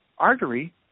artery